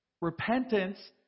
Repentance